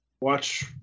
watch